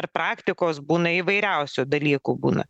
ar praktikos būna įvairiausių dalykų būna